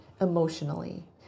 emotionally